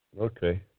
Okay